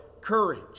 courage